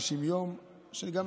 ואני לא בטוח שגם 90 יום זה מספיק